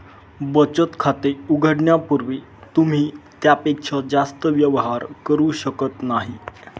बचत खाते उघडण्यापूर्वी तुम्ही त्यापेक्षा जास्त व्यवहार करू शकत नाही